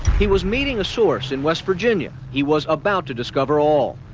he was meeting a source in west virginia. he was about to discover all.